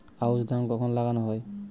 আউশ ধান কখন লাগানো হয়?